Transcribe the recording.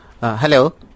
Hello